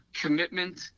commitment